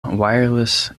wireless